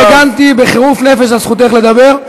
אני הגנתי בחירוף נפש על זכותך לדבר,